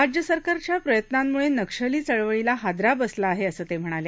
राज्य सरकारच्या प्रयत्नांमुळे नक्षली चळवळीला हादरा बसला आहे असं ते म्हणाले